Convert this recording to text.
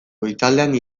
goizaldean